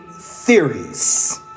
theories